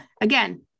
Again